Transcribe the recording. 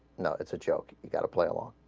not it's a joke gotta play along